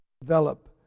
develop